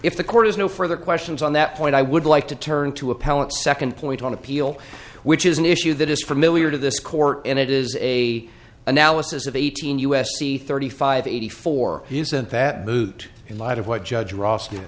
if the court has no further questions on that point i would like to turn to appellant second point on appeal which is an issue that is familiar to this court and it is a analysis of eighteen u s c thirty five eighty four isn't that moot in light of what judge ross d